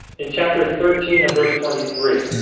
in chapter thirteen and verse twenty three